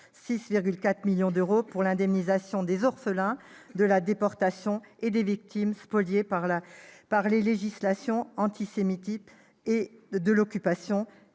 46,4 millions d'euros, à l'indemnisation des orphelins de la déportation et des victimes spoliées par les législations antisémites de l'Occupation